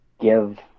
give